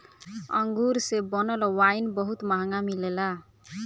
अंगूर से बनल वाइन बहुत महंगा मिलेला